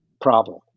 problem